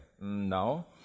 no